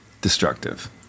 destructive